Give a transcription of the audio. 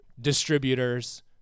distributors